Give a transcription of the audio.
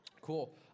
Cool